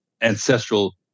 ancestral